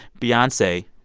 beyonce,